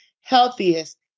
healthiest